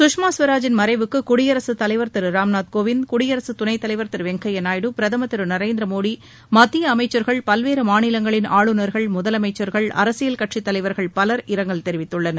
சுஷ்மா ஸ்வராஜின் மறைவுக்கு குடியரசு தலைவர் திரு ராம்நாத் கோவிந்த் குடியரசு துணைத் தலைவர் திரு வெங்கப்ய நாயுடு பிரதமர் திரு நரேந்திர மோடி மத்திய அமைச்சர்கள் பல்வேறு மாநிலங்களின் ஆளுநர்கள் முதலமைச்சர்கள் அரசியல் கட்சித் தலைவர்கள் பவர் இரங்கல் தெரிவித்துள்ளனர்